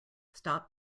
stop